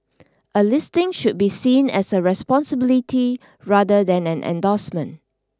a listing should be seen as a responsibility rather than an endorsement